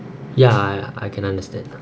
ya I I can understand lah